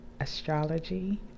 astrology